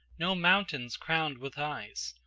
no mountains crowned with ice,